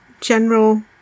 general